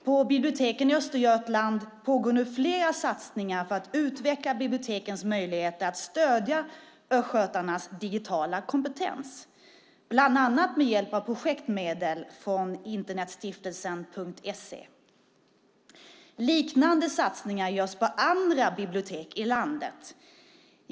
På biblioteken i Östergötland pågår nu flera satsningar på att utveckla bibliotekens möjligheter att stödja östgötarnas digitala kompetens, bland annat med hjälp av projektmedel från Internetstiftelsen Punkt SE. Liknande satsningar görs på andra bibliotek i landet.